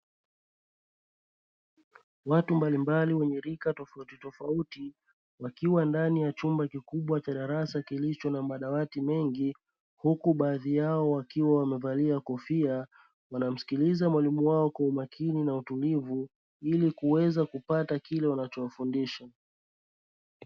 Watu mbalimbali wenye rika tofauti tofauti, wakiwa ndani ya chumba kikubwa cha darasa kikiwa na madawati mengi huku baadhi yao wamevaa kofia, wanamsikiliza mwalimu wao kwa umakini na utulivu ili kuweza kupata kile anachowafundisha.